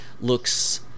looks